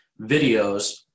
videos